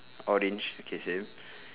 orange okay same